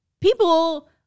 People